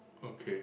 okay